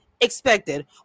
expected